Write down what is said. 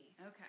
okay